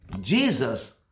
Jesus